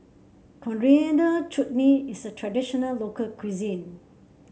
Coriander Chutney is a traditional local cuisine